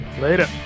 Later